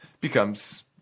becomes